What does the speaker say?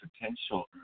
potential